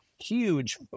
huge